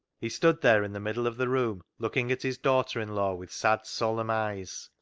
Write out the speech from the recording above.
he stood there in the middle of the room looking at his daughter-in-law with sad solemn eyes.